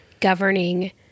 governing